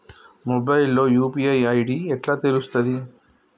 Mobile లో UPI ID ఎట్లా తెలుస్తది?